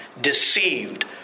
deceived